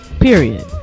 Period